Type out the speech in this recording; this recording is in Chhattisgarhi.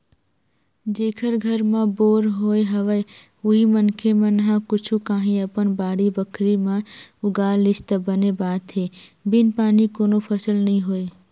जेखर घर म बोर होय हवय उही मनखे मन ह कुछु काही अपन बाड़ी बखरी म उगा लिस त बने बात हे बिन पानी कोनो फसल नइ होय